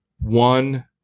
one